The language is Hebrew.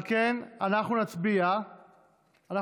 על כן, אנחנו נצביע כך: